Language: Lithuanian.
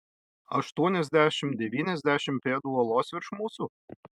aštuoniasdešimt devyniasdešimt pėdų uolos virš mūsų